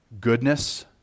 Goodness